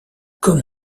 comme